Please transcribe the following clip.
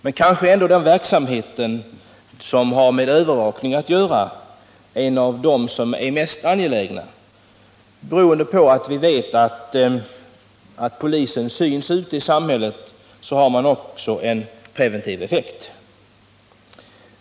Men kanske är ändå den verksamhet som har med övervakning att göra den mest angelägna, beroende på att när polisen syns ute i samhället har det en preventiv effekt.